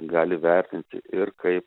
gali vertinti ir kaip